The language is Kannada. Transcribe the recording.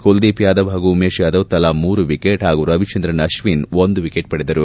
ಕುಲದೀಪ್ ಯಾದವ್ ಹಾಗೂ ಉಮೇಶ್ ಯಾದವ್ ತಲಾ ಮೂರು ವಿಕೆಟ್ ಹಾಗೂ ರವಿಚಂದ್ರನ್ ಅಶ್ಲಿನ್ ಒಂದು ವಿಕೆಟ್ ಪಡೆದರು